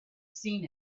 seen